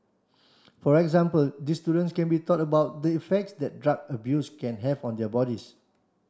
for example these students can be taught about the effects that drug abuse can have on their bodies